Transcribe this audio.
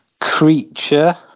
creature